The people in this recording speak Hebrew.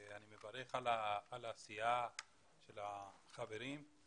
אני מברך על העשייה של החברים,